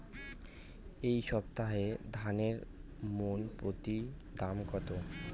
এই সপ্তাহে ধানের মন প্রতি দাম কত?